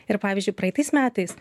ir pavyzdžiui praeitais metais